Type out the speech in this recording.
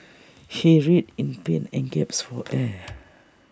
he writhed in pain and gasped for air